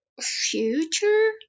future